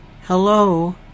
hello